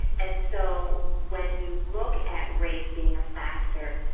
and so when you look at race being a factor,